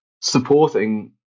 supporting